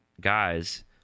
guys